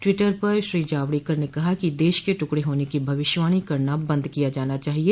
Twitter पर श्री जावड़ेकर ने कहा कि देश के टुकड़े होने की भविष्यवाणी करना बंद किया जाना चाहिए